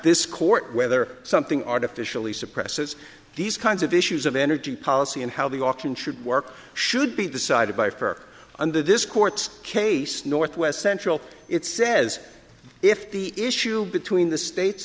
this court whether something artificially suppresses these kinds of issues of energy policy and how the auction should work should be decided by fair under this court's case northwest central it says if the issue between the states